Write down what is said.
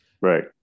Right